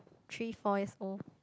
three four years old